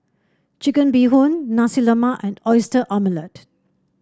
Chicken Bee Hoon Nasi Lemak and Oyster Omelette